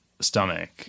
stomach